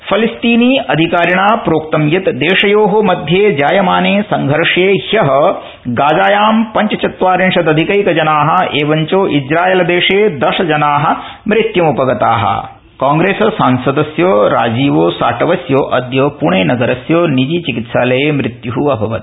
फलिस्तीनी अधिकारिणा प्रोक्तं यत् देशयो मध्ये जायमाने संघर्ष हयः गाज़ायां पंचचत्वारिंशदधिकैकजना एवञ्च इस्रायलदेशे दशजना मृत्य्म् उपगता राजीवसाटव निधनम् कांग्रेस सांसदस्य राजीव साटवस्य अद्य प्णेनगरस्य निजी चिकित्सालये मृत्युः अभवत्